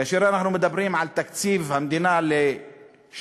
כאשר אנחנו מדברים על תקציב המדינה לשנתיים,